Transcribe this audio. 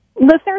Listeners